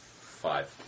Five